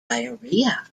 diarrhea